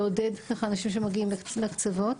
ולעודד אנשים שמגיעים לקצוות.